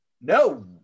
No